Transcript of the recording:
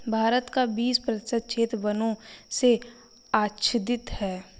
भारत का बीस प्रतिशत क्षेत्र वनों से आच्छादित है